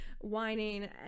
whining